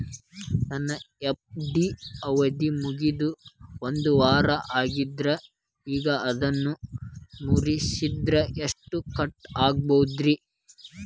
ನನ್ನ ಎಫ್.ಡಿ ಅವಧಿ ಮುಗಿದು ಒಂದವಾರ ಆಗೇದ್ರಿ ಈಗ ಅದನ್ನ ಮುರಿಸಿದ್ರ ಎಷ್ಟ ಕಟ್ ಆಗ್ಬೋದ್ರಿ?